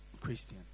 Christian